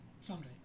Someday